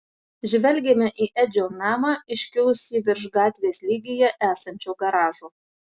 žvelgėme į edžio namą iškilusį virš gatvės lygyje esančio garažo